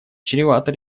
чревата